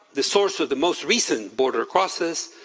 the source of the most recent border crosses,